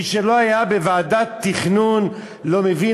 מי שלא היה בוועדת תכנון לא מבין,